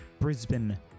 brisbane